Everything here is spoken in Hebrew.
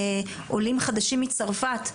עולים חדשים מצרפת,